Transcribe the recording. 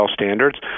standards